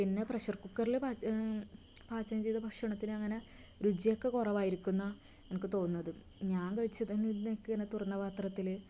പിന്നെ പ്രഷർ കുക്കറില് പാചകം ചെയ്ത ഭക്ഷണത്തിന് അങ്ങനെ രുചി ഒക്കെ കുറവായിരിക്കും എന്നാണ് എനിക്ക് തോന്നുന്നത് ഞാൻ കഴിച്ചതിൽ നിന്നൊക്കെ ആണ് തുറന്ന പാത്രത്തില്